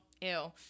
ew